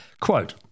Quote